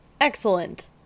Excellent